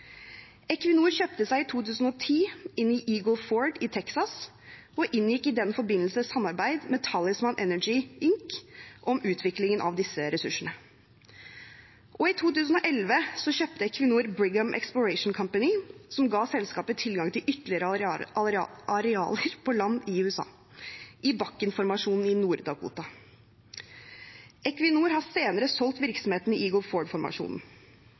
Equinor kjøpte seg i 2010 inn i Eagle Ford i Texas og inngikk i den forbindelse et samarbeid med Talisman Energy Inc. om utviklingen av disse ressursene. I 2011 kjøpte Equinor Brigham Exploration Company, som ga selskapet tilgang til ytterligere arealer på land i USA, i Bakken-formasjonen i Nord-Dakota. Equinor har senere solgt virksomheten i